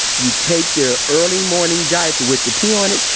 you take their early morning diaper with the pee on it,